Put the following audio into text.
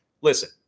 listen